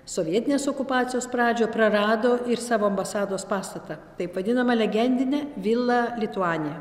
sovietinės okupacijos pradžioj prarado ir savo ambasados pastatą taip vadinamą legendinę vila lituanija